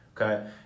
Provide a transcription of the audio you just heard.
Okay